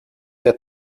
that